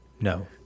No